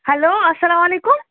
hello اَسلامُ علیکُم